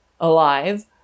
alive